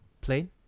plane